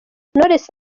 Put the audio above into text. knowless